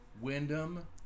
Wyndham